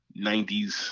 90s